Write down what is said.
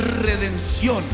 redención